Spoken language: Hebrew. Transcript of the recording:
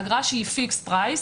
אגרה שהיא פיקס פרייס,